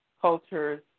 cultures